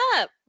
up